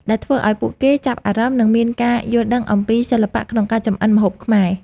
ដែលធ្វើឲ្យពួកគេចាប់អារម្មណ៍ និងមានការយល់ដឹងអំពីសិល្បៈក្នុងការចម្អិនម្ហូបខ្មែរ។